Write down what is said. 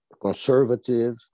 conservative